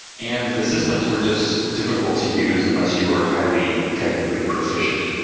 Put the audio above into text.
and the systems were just difficult to use unless you were a highly technically proficient.